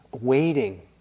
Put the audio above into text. waiting